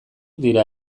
dira